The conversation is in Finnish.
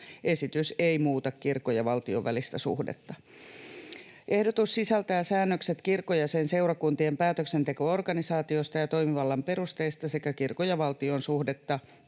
Esitys ei muuta kirkon ja valtion välistä suhdetta. Ehdotus sisältää säännökset kirkon ja sen seurakuntien päätöksenteko-organisaatiosta ja toimivallan perusteista sekä kirkon ja valtion suhdetta,